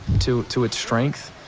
to to its strength.